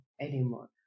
anymore